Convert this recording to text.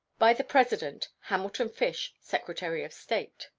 by the president hamilton fish, secretary of state.